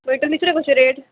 पळयता तिसऱ्यो कशे रेट